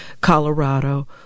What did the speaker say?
Colorado